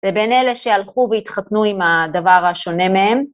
לבין אלה שהלכו והתחתנו עם הדבר השונה מהם.